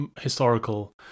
historical